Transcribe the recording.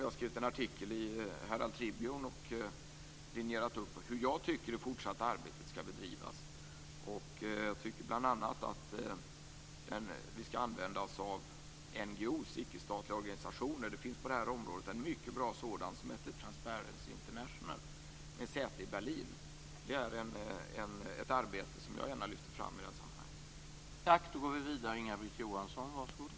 Jag har skrivit en artikel i Herald Tribune där jag linjerar upp hur jag tycker att det fortsatta arbetet skall bedrivas. Jag tycker bl.a. att vi skall använda oss av NGO:er, ickestatliga organisationer. Det finns på det här området en mycket bra sådan, som heter Transparence International, med säte i Berlin. Det är ett arbete som jag gärna lyfter fram i det här sammanhanget.